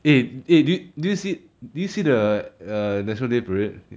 eh eh did you did you see did you see the err national day parade